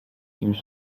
kimś